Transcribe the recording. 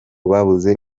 babuze